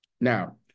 Now